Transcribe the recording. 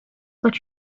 what